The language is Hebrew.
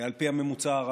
על פי הממוצע הרב-שנתי.